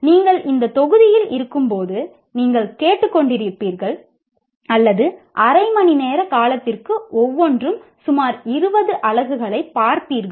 நீங்கள் இந்த தொகுதியில் இருக்கும்போது நீங்கள் கேட்டுக்கொண்டிருப்பீர்கள் அல்லது அரை மணி நேர காலத்திற்கு ஒவ்வொன்றும் சுமார் 20 அலகுகளைப் பார்ப்பீர்கள்